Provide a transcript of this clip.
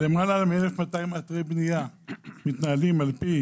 למעלה מ-1,200 אתרי בנייה מתנהלים על פי